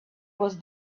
was